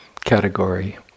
category